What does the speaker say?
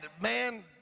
man